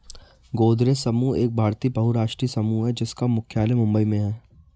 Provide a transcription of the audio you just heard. गोदरेज समूह एक भारतीय बहुराष्ट्रीय समूह है जिसका मुख्यालय मुंबई में है